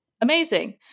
Amazing